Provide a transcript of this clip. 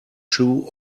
shoe